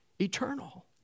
eternal